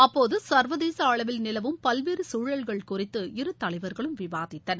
அப்போது சர்வதேச அளவில் நிலவும் பல்வேறு சூழல்கள் குறித்து இரு தலைவர்களும் விவாதித்தனர்